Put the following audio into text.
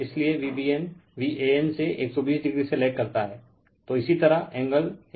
इसलिए Vbn Van से 120o से लेग करता हैंतो इसी तरह एंगल 120o हैं